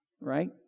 right